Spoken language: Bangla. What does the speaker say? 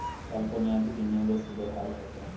সল্প মেয়াদি বিনিয়োগের সুদের হার কত?